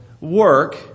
work